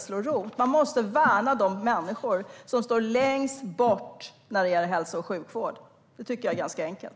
slår rot. Man måste värna de människor som står längst bort i fråga om hälso och sjukvård. Det är enkelt.